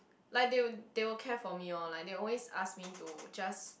like they will they will care for me lor like they will always ask me to just